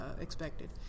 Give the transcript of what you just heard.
expected